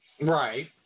Right